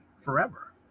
Forever